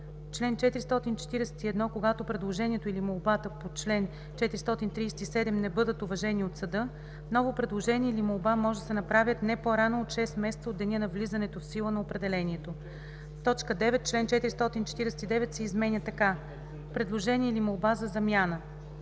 Чл. 441. Когато предложението или молбата по чл. 437 не бъдат уважени от съда, ново предложение или молба може да се направят не по-рано от шест месеца от деня на влизането в сила на определението.“ 9. Член 449 се изменя така: „Предложение или молба за замяна